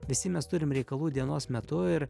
visi mes turim reikalų dienos metu ir